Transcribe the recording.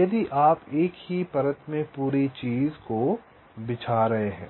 यदि आप एक ही परत में पूरी चीज बिछा रहे हैं